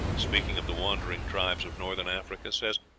speaking of the wandering tribes of northern africa, says,